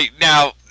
Now